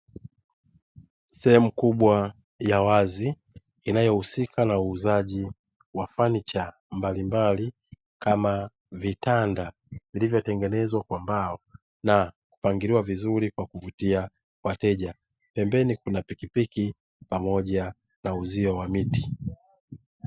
Sehemu kubwa ya wazi inayohusika na uuzaji wa fanicha mbalimbali kama vitanda; vilivyotengenezwa kwa mbao na kupangiliwa vizuri kwa kuvutia wateja. Pembeni kuna pikipiki pamoja na uzio wa miti.